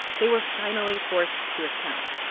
they were finally forced to account.